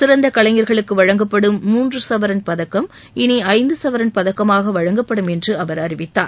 சிறந்த கலைஞர்களுக்கு வழங்கப்படும் மூன்று சவரன் பதக்கம் இனி ஐந்து சவரன் பதக்கமாக வழங்கப்படும் என்று அவர் அறிவித்தார்